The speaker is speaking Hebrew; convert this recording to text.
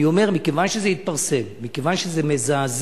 אני אומר, מכיוון שזה התפרסם, מכיוון שזה מזעזע,